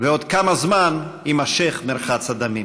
ועוד כמה זמן יימשך מרחץ הדמים,